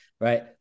right